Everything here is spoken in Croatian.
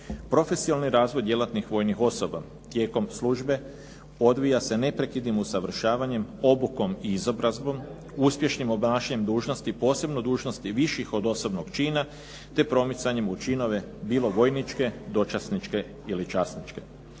Profesionalni razvoj djelatnih vojnih osoba tijekom službe odvija se neprekidnim usavršavanjem obukom i izobrazbom, uspješnim obnašanjem dužnosti, posebno dužnosti viših od osobnog čina te promicanjem u činove, bilo vojničke, dočasničke ili časničke.